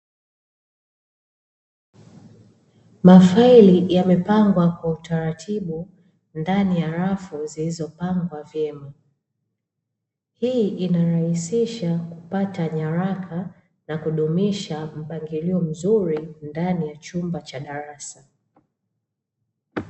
Mafaili yamepangwa kwa utaratibu ndani ya rafu zilizo pangwa vyema. Hii inarahisisha kupata nyaraka na kudumisha mpangilio mzuri ndani ya chumba cha darasa.